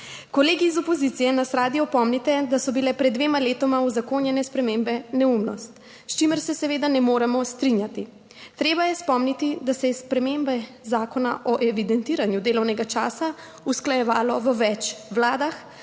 Kolegi iz opozicije nas radi opomnite, da so bile pred dvema letoma uzakonjene spremembe neumnost, s čimer se seveda ne moremo strinjati. Treba je spomniti, da se je spremembe zakona o evidentiranju delovnega časa usklajevalo v več vladah.